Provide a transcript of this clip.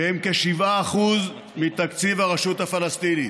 שהם כ-7% מתקציב הרשות הפלסטינית.